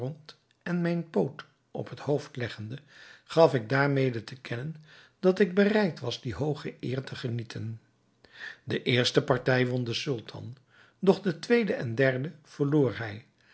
en mijn poot op het hoofd leggende gaf ik daarmede te kennen dat ik bereid was die hooge eer te genieten de eerste partij won de sultan doch de tweede en derde verloor hij